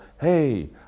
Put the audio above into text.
hey